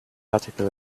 article